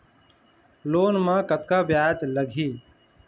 Loan म कतका ब्याज लगही?